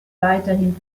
weiterhin